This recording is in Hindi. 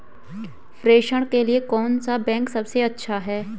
प्रेषण के लिए कौन सा बैंक सबसे अच्छा है?